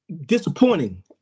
disappointing